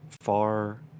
far